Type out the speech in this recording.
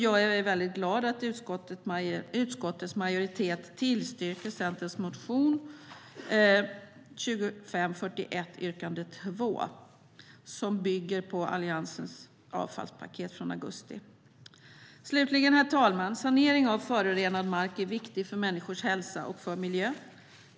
Jag är väldigt glad att utskottets majoritet tillstyrker Centerns motion 2541 yrkande 2, som bygger på Alliansens avfallspaket från augusti. Slutligen, herr talman: Sanering av förorenad mark är viktig för människors hälsa och för miljön.